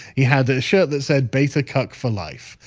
he had this shirt that said basic cut for life.